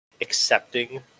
accepting